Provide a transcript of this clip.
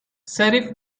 sheriff